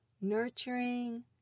nurturing